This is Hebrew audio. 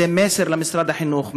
שזה מסר למשרד החינוך,